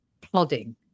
plodding